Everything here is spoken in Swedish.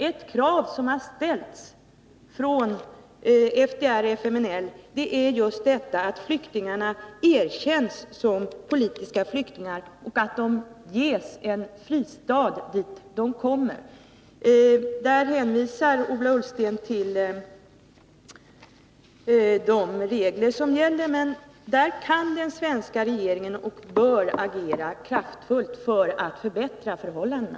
Ett krav som har ställts av FDR/FMLN är just att flyktingarna erkänns som politiska flyktingar och ges en fristad i de länder dit de kommer. Ola Ullsten hänvisar till de regler som gäller, men här kan och bör den svenska regeringen agera kraftfullt för att förbättra förhållandena.